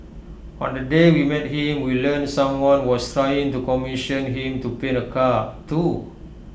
on the day we met him we learnt someone was trying to commission him to paint A car too